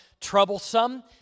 troublesome